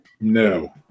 No